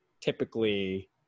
typically